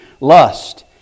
lust